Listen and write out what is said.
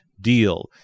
deal